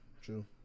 true